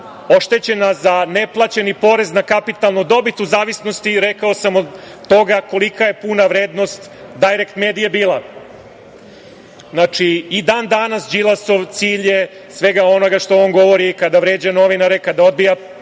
evra za neplaćeni porez na kapitalnu dobit u zavisnosti, rekao sam, od toga kolika je puna vrednost „Dajrekt medije“ bila. Znači, i dan danas Đilasov cilj je, svega onoga što on govori kada vređa novinare, kada odbija